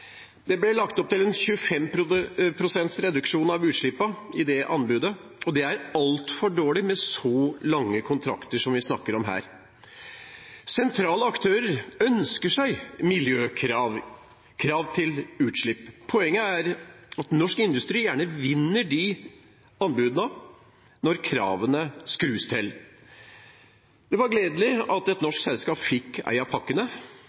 Det ble lagt opp til en 25 pst. reduksjon av utslippene i det anbudet, og det er altfor dårlig med så lange kontrakter som vi snakker om her. Sentrale aktører ønsker seg miljøkrav, krav til utslipp. Poenget er at norsk industri gjerne vinner de anbudene når kravene skrus til. Det var gledelig at et norsk selskap fikk en av pakkene,